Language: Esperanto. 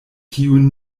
tiun